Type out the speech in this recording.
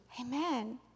Amen